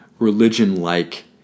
religion-like